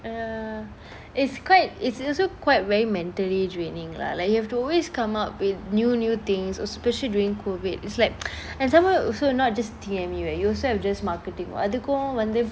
err it's quite it's also quite very mentally draining lah like you have to always come up with new new things especially during COVID it's like and some more also not just T_M_U eh you also have just marketing அதுக்கும் வந்து :athukum vanthu